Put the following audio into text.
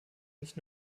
nicht